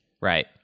Right